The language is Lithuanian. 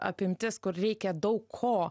apimtis kur reikia daug ko